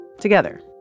Together